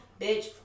bitch